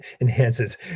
enhances